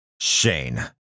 Shane